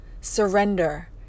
surrender